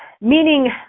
Meaning